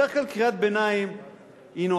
בדרך כלל קריאת ביניים נועדה,